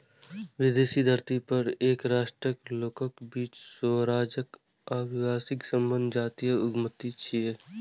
विदेशी धरती पर एके राष्ट्रक लोकक बीच स्वरोजगार आ व्यावसायिक संबंध जातीय उद्यमिता छियै